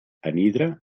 anhidre